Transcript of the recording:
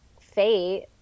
fate